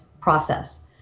process